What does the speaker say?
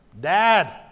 Dad